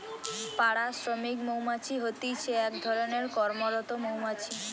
পাড়া শ্রমিক মৌমাছি হতিছে এক ধরণের কর্মরত মৌমাছি